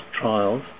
trials